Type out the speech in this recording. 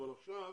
אבל עכשיו